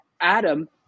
Adam